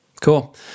Cool